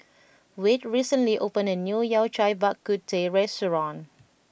Wade recently opened a new Yao Cai Bak Kut Teh restaurant